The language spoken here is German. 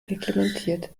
reglementiert